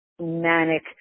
manic